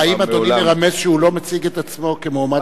האם אדוני מרמז שהוא לא מציג את עצמו כמועמד לראשות הממשלה?